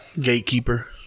Gatekeeper